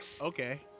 Okay